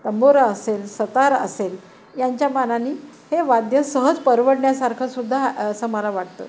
तंबोरा असेल सितार असेल यांच्या मानाने हे वाद्य सहज परवडण्यासारखंसुद्धा असं मला वाटतं